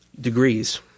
degrees